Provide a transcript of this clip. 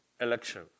election